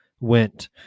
went